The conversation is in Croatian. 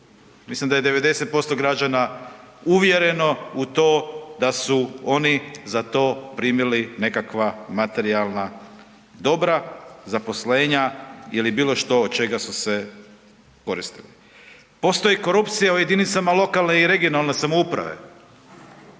Mislim da je 90% građana uvjereno u to da su oni za to primili nekakva materijalna dobra, zaposlenja ili bilo što od čega su se okoristili. Postoji korupcija u jedinicama lokalne i regionalne samouprave,